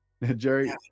Jerry